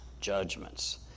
judgments